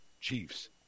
Chiefs